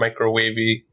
microwavy